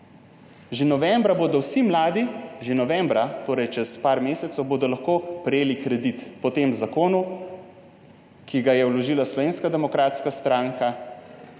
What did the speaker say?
Že novembra bodo vsi mladi, torej čez nekaj mesecev, lahko prejeli kredit po tem zakonu, ki ga je vložila Slovenska